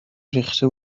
ریخته